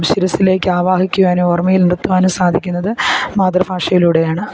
ശിരസ്സിലേക്ക് ആവാഹിക്കുവാനും ഓർമയിൽ നിർത്തുവാനും സാധിക്കുന്നത് മാതൃഭാഷയിലൂടെ ആണ്